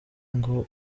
ngo